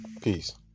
peace